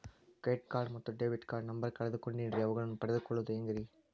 Credit card ಮತ್ತು debit card number ಕಳೆದುಕೊಂಡಿನ್ರಿ ಅವುಗಳನ್ನ ಪಡೆದು ಕೊಳ್ಳೋದು ಹೇಗ್ರಿ?